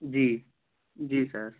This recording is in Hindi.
जी जी सर